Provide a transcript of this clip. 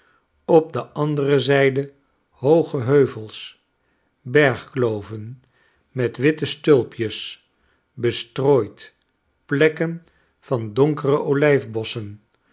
op de andere zijde hooge heuvels bergkloven met witte stulpjes bestrooid plekken van donkere